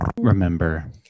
Remember